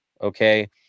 Okay